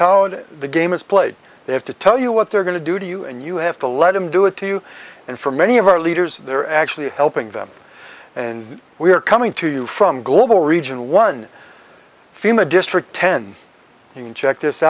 how the game is played they have to tell you what they're going to do to you and you have to let them do it to you and for many of our leaders they're actually helping them and we are coming to you from global region one fema district ten you can check this